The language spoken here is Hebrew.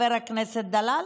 חבר הכנסת דלל,